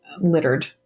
littered